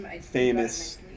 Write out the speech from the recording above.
famous